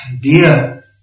dear